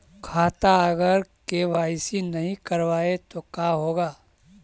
खाता अगर के.वाई.सी नही करबाए तो का होगा?